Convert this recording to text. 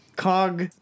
Cog